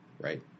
right